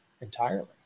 entirely